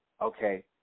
Okay